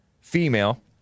female